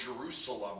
Jerusalem